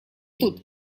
тут